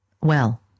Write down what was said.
Well